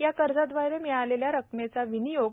या कर्जाद्वारे मिळालेला रकमेचा विनियोग